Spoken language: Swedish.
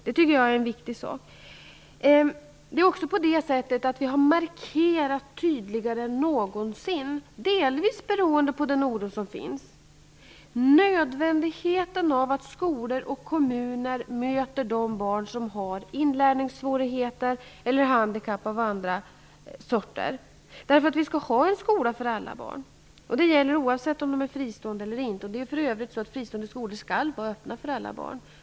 Det tycker jag är en viktig sak. Vi har också tydligare än någonsin, delvis beroende på den oro som finns, markerat nödvändigheten av att skolor och kommuner möter de barn som har inlärningssvårigheter eller handikapp av andra sorter. Vi skall ha en skola för alla barn. Det gäller oavsett om skolan är fristående eller inte. Fristående skolor skall för övrigt vara öppna för alla barn.